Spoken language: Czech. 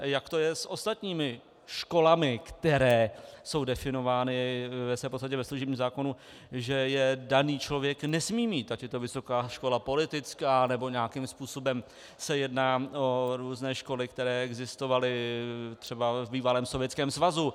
Jak to je s ostatními školami, které jsou definovány ve své podstatě ve služebním zákoně, že je daný člověk nesmí mít, ať je to vysoká škola politická, nebo nějakým způsobem se jedná o různé školy, které existovaly třeba v bývalém Sovětském svazu.